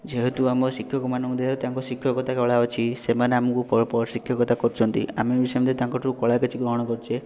ଯେହେତୁ ଆମ ଶିକ୍ଷକମାନଙ୍କ ଦେହରୁ ତାଙ୍କ ଶିକ୍ଷକତା କଳା ଅଛି ସେମାନେ ଆମକୁ କ ଶିକ୍ଷକତା କରୁଛନ୍ତି ଆମେ ବି ସେମିତି ତାଙ୍କଠୁ କଳା କିଛି ଗ୍ରହଣ କରିଛେ